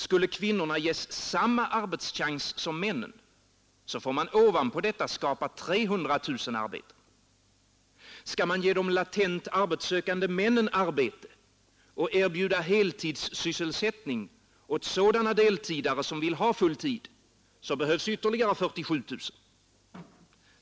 Skulle kvinnorna ges samma arbetschans som männen, får man ovanpå detta skapa 300 000 arbeten. Skall man ge de latent arbetssökande männen arbete och erbjuda heltidssysselsättning åt sådana deltidare som vill ha full tid, behövs ytterligare 47 000.